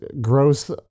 gross